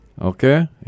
Okay